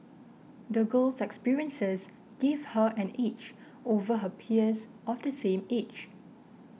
the girl's experiences give her an edge over her peers of the same age